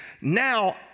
now